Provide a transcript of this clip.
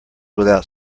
without